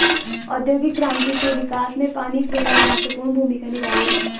औद्योगिक क्रांति के विकास में पानी फ्रेम ने महत्वपूर्ण भूमिका निभाई है